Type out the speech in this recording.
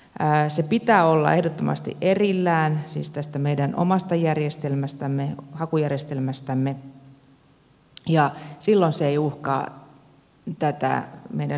sen pitää olla ehdottomasti erillään siis tästä meidän omasta järjestelmästämme hakujärjestelmästämme ja silloin se ei uhkaa tätä meidän systeemiämme